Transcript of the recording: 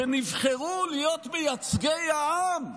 שנבחרו להיות מייצגי העם,